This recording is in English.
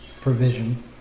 provision